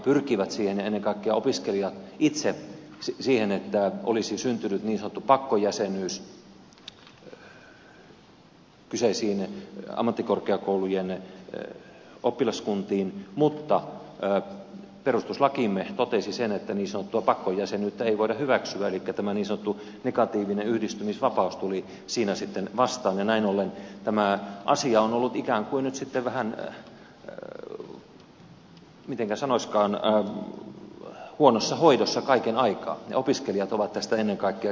ammattikorkeakouluthan ja ennen kaikkea opiskelijat itse pyrkivät siihen että olisi syntynyt niin sanottu pakkojäsenyys kyseisiin ammattikorkeakoulujen oppilaskuntiin mutta perustuslakimme totesi sen että niin sanottua pakkojäsenyyttä ei voida hyväksyä elikkä tämä niin sanottu negatiivinen yhdistymisvapaus tuli siinä vastaan ja näin ollen tämä asia on ollut ikään kuin nyt sitten vähän mitenkä sanoisikaan huonossa hoidossa kaiken aikaa ja opiskelijat ovat tästä ennen kaikkea kärsineet